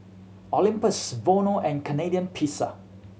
Olympus Vono and Canadian Pizza